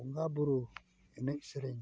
ᱵᱚᱸᱜᱟᱼᱵᱩᱨᱩ ᱮᱱᱮᱡ ᱥᱮᱨᱮᱧ